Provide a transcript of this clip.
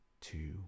two